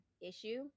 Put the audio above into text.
issue